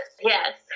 yes